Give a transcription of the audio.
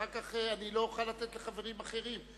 אחר כך אני לא אוכל לאפשר לחברים אחרים.